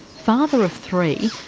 father of three,